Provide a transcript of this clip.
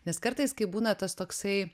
nes kartais kai būna tas toksai